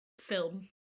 film